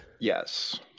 yes